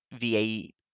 VAE